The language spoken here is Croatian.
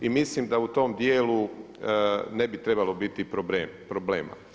I mislim da u tom djelu ne bi trebalo biti problema.